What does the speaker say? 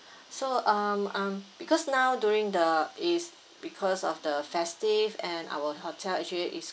so um I'm because now during the is because of the festive and our hotel actually is